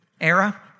era